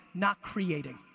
not creating.